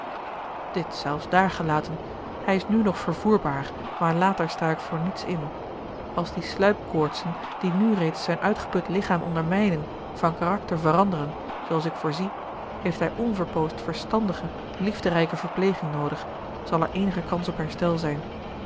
dit zelfs daargelaten hij is nu nog vervoerbaar maar later sta ik voor niets in als die sluipkoortsen die nu reeds zijn uitgeput lichaam ondermijnen van karakter veranderen zooals ik voorzie heeft hij onverpoosd verstandige liefderijke verpleging noodig zal er eenige kans op herstel zijn